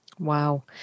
Wow